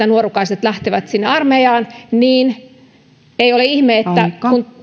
nuorukaiset lähtevät sinne armeijaan ja tällaisia tapahtumia sattuu niin ei ole ihme että